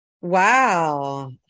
Wow